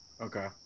Okay